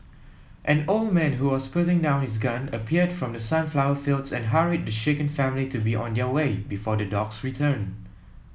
an old man who was putting down his gun appeared from the sunflower fields and hurried the shaken family to be on their way before the dogs return